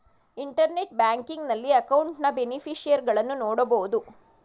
internet banking ನಲ್ಲಿ ಅಕೌಂಟ್ನ ಬೇನಿಫಿಷರಿಗಳನ್ನು ನೋಡಬೋದು